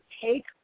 take